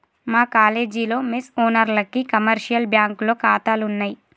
మా కాలేజీలో మెస్ ఓనర్లకి కమర్షియల్ బ్యాంకులో ఖాతాలున్నయ్